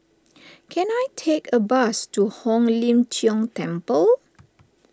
can I take a bus to Hong Lim Jiong Temple